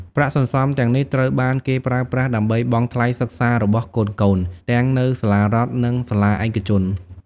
ប្រាក់សន្សំទាំងនេះត្រូវបានគេប្រើប្រាស់ដើម្បីបង់ថ្លៃសិក្សារបស់កូនៗ ទាំងនៅសាលារដ្ឋ និងសាលាឯកជន។